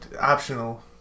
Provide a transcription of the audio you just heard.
optional